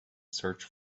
search